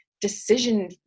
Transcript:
decision